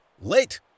Late